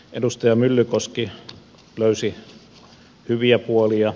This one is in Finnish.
edustaja myllykoski löysi hyviä puolia